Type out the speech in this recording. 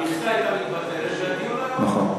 המכסה הייתה מתבטלת והדיון היה עובר, נכון.